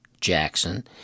Jackson